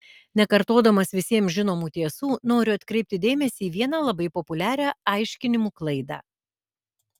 nekartodamas visiems žinomų tiesų noriu atkreipti dėmesį į vieną labai populiarią aiškinimų klaidą